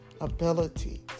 ability